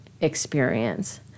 experience